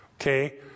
Okay